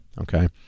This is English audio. Okay